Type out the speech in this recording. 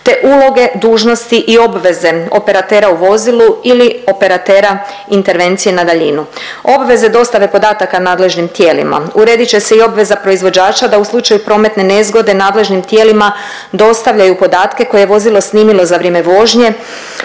te uloge, dužnosti i obveze operatera u vozilu ili operatera intervencije na daljinu, obveze dostave podataka nadležnim tijelima. Uredit će se i obveza proizvođača da u slučaju prometne nezgode nadležnim tijelima dostavljaju podatke koje je vozilo snimilo za vrijeme vožnje,